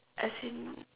as in